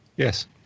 Yes